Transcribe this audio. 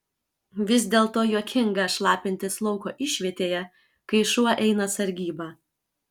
vis dėlto juokinga šlapintis lauko išvietėje kai šuo eina sargybą